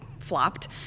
flopped